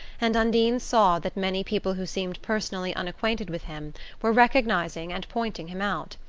and undine saw that many people who seemed personally unacquainted with him were recognizing and pointing him out.